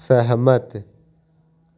सहमत